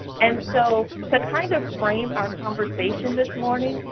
and so to kind of frame our conversation this morning,